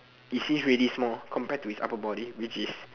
it seems really small compared to his upper body which is